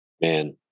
Man